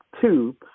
two